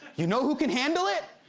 you know who can handle it?